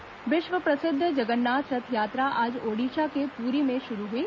रथयात्रा विश्व प्रसिद्ध जगन्नाथ रथ यात्रा आज ओड़िशा के पुरी में शुरु हुई